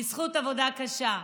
בזכות עבודה קשה.